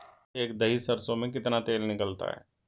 एक दही सरसों में कितना तेल निकलता है?